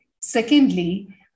Secondly